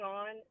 on